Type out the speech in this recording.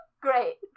great